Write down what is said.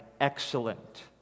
excellent